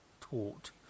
taught